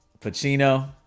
Pacino